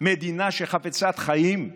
מדינה חפצת חיים,